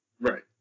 Right